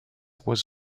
was